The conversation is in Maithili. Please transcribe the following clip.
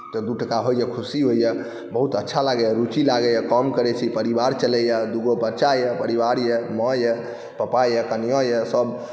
तऽ दू टाका होइए खुशी होइए बहुत अच्छा लागैए रुचि लागैए काम करैत छी परिवार चलैए दूगो बच्चा यए परिवार यए माँ यए पापा यए कनियाँ यए सभ